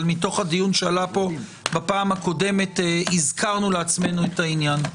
מתוך הדיון הקודם הזכרנו לעצמנו את העניין.